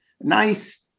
nice